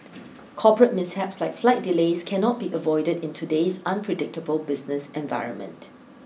corporate mishaps like flight delays cannot be avoided in today's unpredictable business environment